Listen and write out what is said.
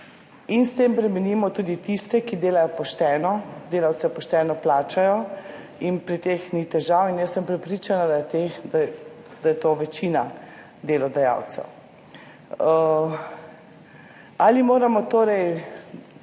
in s tem bremenimo tudi tiste, ki delajo pošteno in delavce pošteno plačajo in pri teh ni težav. Jaz sem prepričana, da je to večina delodajalcev. Zdaj se